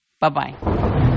Bye-bye